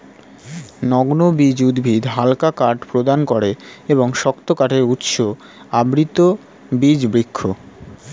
নগ্নবীজ উদ্ভিদ হালকা কাঠ প্রদান করে এবং শক্ত কাঠের উৎস আবৃতবীজ বৃক্ষ